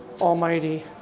Almighty